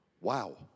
wow